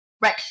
Right